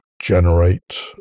generate